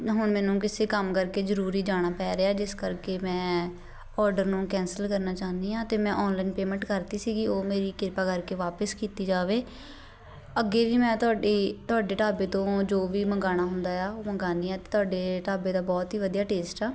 ਹੁਣ ਮੈਨੂੰ ਕਿਸੇ ਕੰਮ ਕਰਕੇ ਜ਼ਰੂਰੀ ਜਾਣਾ ਪੈ ਰਿਹਾ ਜਿਸ ਕਰਕੇ ਮੈਂ ਔਡਰ ਨੂੰ ਕੈਂਸਲ ਕਰਨਾ ਚਾਹੁੰਦੀ ਹਾਂ ਅਤੇ ਮੈਂ ਔਨਲਾਈਨ ਪੇਮੈਂਟ ਕਰਤੀ ਸੀ ਉਹ ਮੇਰੀ ਕਿਰਪਾ ਕਰਕੇ ਵਾਪਸ ਕੀਤੀ ਜਾਵੇ ਅੱਗੇ ਵੀ ਮੈਂ ਤੁਹਾਡੀ ਤੁਹਾਡੇ ਢਾਬੇ ਤੋਂ ਜੋ ਵੀ ਮੰਗਾਉਣਾ ਹੁੰਦਾ ਆ ਉਹ ਮੰਗਾਉਂਦੀ ਹਾਂ ਅਤੇ ਤੁਹਾਡੇ ਢਾਬੇ ਦਾ ਬਹੁਤ ਹੀ ਵਧੀਆ ਟੇਸਟ ਆ